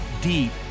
deep